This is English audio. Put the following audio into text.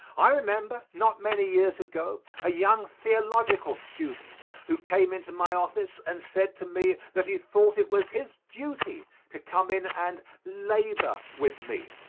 i remember, not many years ago a young theological student who came into my office and said to me that he thought it was his duty to come in and labor with me.